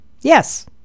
yes